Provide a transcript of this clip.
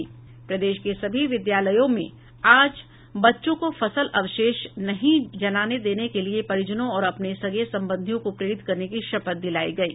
प्रदेश के सभी विद्यालयों में आज बच्चों को फसल अवशेष नहीं जलाने देने के लिए परिजनों और अपने सगे संबंधियों को प्रेरित करने की शपथ दिलायी गयी